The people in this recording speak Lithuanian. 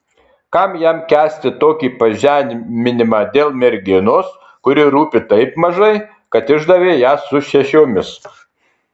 kam jam kęsti tokį pažeminimą dėl merginos kuri rūpi taip mažai kad išdavė ją su šešiomis